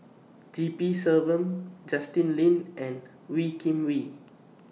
G P Selvam Justin Lean and Wee Kim Wee